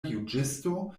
juĝisto